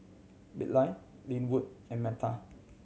Bilal Linwood and Metta